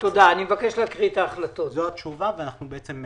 זו התשובה, אנחנו שמענו את הדברים והשבנו כאן.